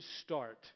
start